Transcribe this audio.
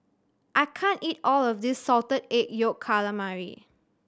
I can't eat all of this Salted Egg Yolk Calamari